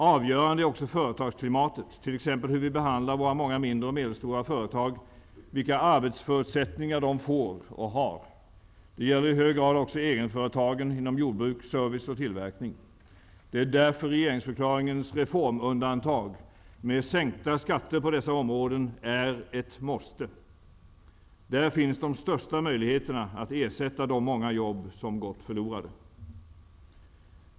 Avgörande är också företagsklimatet, t.ex. hur vi behandlar våra många mindre och medelstora företag, vilka arbetsförutsättningar de får och har. Det gäller i hög grad också egenföretagen inom jordbruk, service och tillverkning. Det är därför regerings förklaringens reformundantag med sänkta skatter på dessa områden är ett måste. Där finns de största möjligheterna att ersätta de många jobb som gått förlorade.